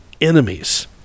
enemies